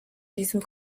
diesem